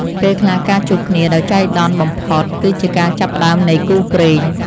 ពេលខ្លះការជួបគ្នាដោយចៃដន្យបំផុត គឺជាការចាប់ផ្ដើមនៃគូព្រេង។